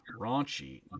raunchy